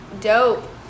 Dope